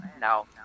No